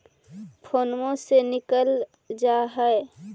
फोनवो से निकल जा है?